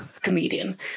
Comedian